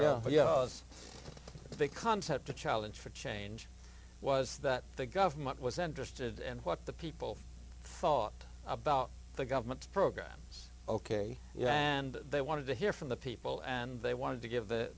a big concept the challenge for change was that the government was interested in what the people thought about the government's programs ok yeah and they wanted to hear from the people and they wanted to give th